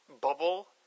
bubble